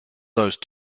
those